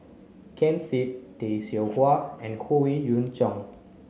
Ken Seet Tay Seow Huah and Howe Yoon Chong